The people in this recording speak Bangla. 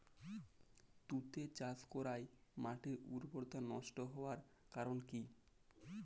তুতে চাষ করাই মাটির উর্বরতা নষ্ট হওয়ার কারণ কি?